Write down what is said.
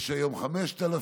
יש היום 5,000,